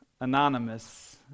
anonymous